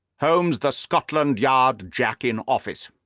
holmes, the scotland yard jack-in-office!